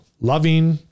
loving